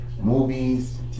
movies